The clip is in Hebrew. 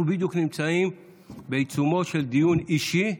אנחנו בדיוק נמצאים בעיצומו של דיון אישי,